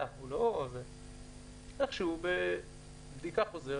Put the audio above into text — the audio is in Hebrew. איכשהו בבדיקה חוזרת,